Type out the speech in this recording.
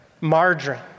Margarine